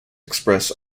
express